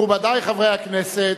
מכובדי חברי הכנסת,